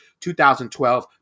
2012